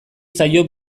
zaio